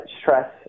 stress